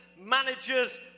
managers